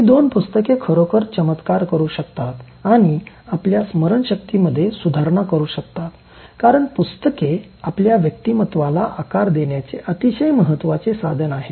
ही दोन पुस्तके खरोखर चमत्कार करू शकतात आणि आपल्या स्मरणशक्तीमध्ये सुधारणा करू शकतात कारण पुस्तके आपल्या व्यक्तिमत्त्वाला आकार देण्याचे अतिशय महत्वाचे साधन आहे